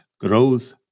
growth